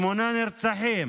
שמונה נרצחים,